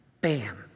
bam